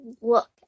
look